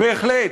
בהחלט.